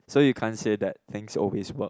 so you can't say that things always work